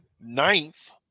ninth